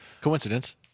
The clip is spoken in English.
Coincidence